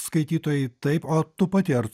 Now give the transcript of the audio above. skaitytojai taip o tu pati ar